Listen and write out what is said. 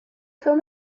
film